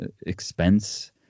expense